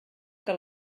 que